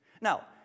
Now